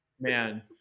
Man